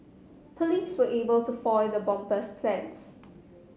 police were able to foil the bomber's plans